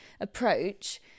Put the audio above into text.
approach